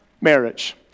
marriage